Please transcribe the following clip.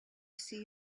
see